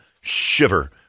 shiver